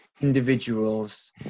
individuals